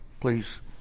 Please